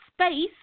space